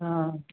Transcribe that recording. हा